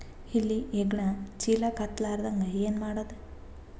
ಇಲಿ ಹೆಗ್ಗಣ ಚೀಲಕ್ಕ ಹತ್ತ ಲಾರದಂಗ ಏನ ಮಾಡದ?